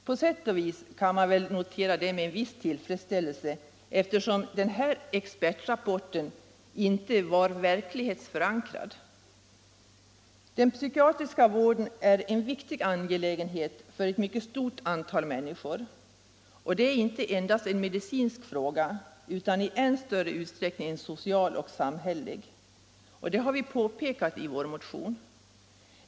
På sätt och vis kan detta noteras med en viss tillfredsställelse, eftersom expertrapporten inte var verklighetsförankrad. Den psykiatriska vården är en viktig angelägenhet för ett mycket stort antal människor. Den är inte endast en medicinsk fråga utan i än större utsträckning en social och samhällelig. Detta har vi påpekat i vår motion.